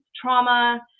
trauma